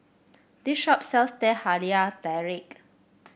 this shop sells Teh Halia Tarik